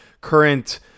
current